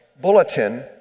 bulletin